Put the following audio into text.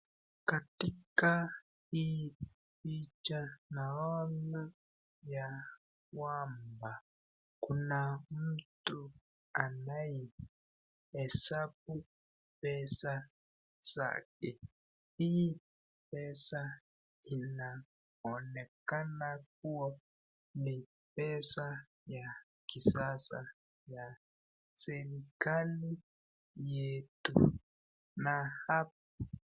Katika hii picha naona ya kwamba kuna mtu anayehesabu pesa zake. Hii pesa inaonekana kuwa ni pesa ya kisasa ya serikali yetu. Na ha